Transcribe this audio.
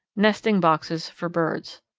nesting boxes for birds.